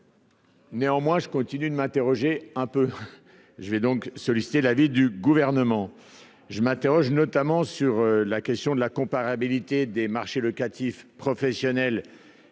Néanmoins, je continue de m'interroger un peu, je vais donc solliciter l'avis du gouvernement, je m'interroge notamment sur la question de la comparabilité des marchés locatifs, professionnels